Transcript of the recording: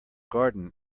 garden